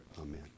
Amen